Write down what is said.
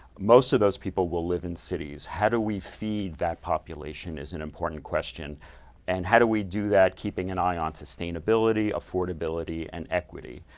most of those people will live in cities. how do we feed that population is an important question and how do we do that keeping an eye on sustainability, affordability, and equity?